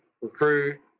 recruit